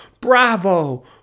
Bravo